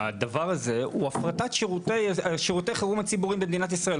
הדבר הזה הוא הפרטת שירותי חירום ציבוריים במדינת ישראל.